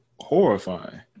horrifying